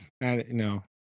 no